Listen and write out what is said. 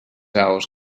aus